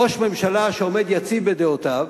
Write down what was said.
ראש ממשלה שעומד יציב בדעותיו,